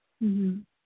ꯎꯝ ꯎꯝ